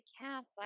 cast